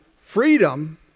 freedom